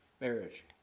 marriage